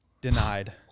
denied